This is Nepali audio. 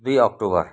दुई अक्टोबर